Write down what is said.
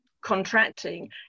contracting